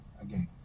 again